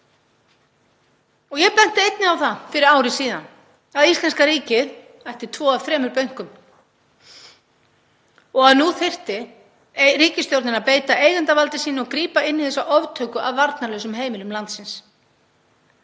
Ég benti einnig á það fyrir ári að íslenska ríkið ætti tvo af þremur bönkum. Ég sagði að nú þyrfti ríkisstjórnin að beita eigendavaldi sínu og grípa inn í þessa oftöku af varnarlausum heimilum landsins